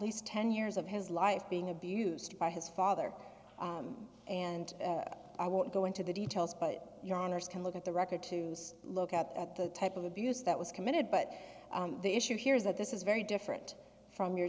least ten years of his life being abused by his father and i won't go into the details but your honour's can look at the record to look at the type of abuse that was committed but the issue here is that this is very different from your